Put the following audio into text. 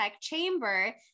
chamber